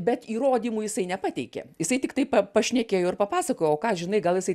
bet įrodymų jisai nepateikė jisai tiktai pašnekėjo ir papasakojo o ką žinai gal jisai